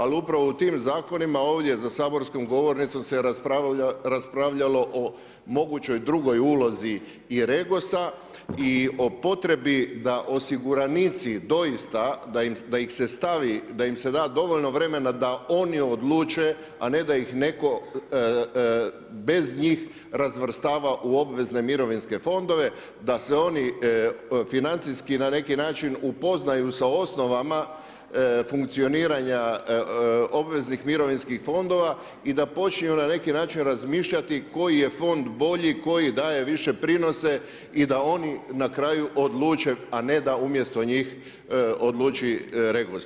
Ali, upravo tim zakonima, ovdje za saborskom govornicom, se raspravljalo o mogućoj drugoj ulozi i REGOS-a i o potrebi da osiguranici doista da ih se stavi, da im se da dovoljno vremena da oni odluče a ne da ih netko bez njih razvrstava u obvezne mirovinske fondove, da se oni financijski na neki način upoznaju sa osnovama funkcioniranja obveznih mirovinskih fondova i da počinju na neki način razmišljati, koji je fond bolji, koji daje više prinose i da oni na kraju odluče, a ne da umjesto njih odluči REGOS.